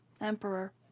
emperor